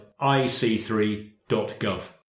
ic3.gov